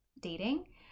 dating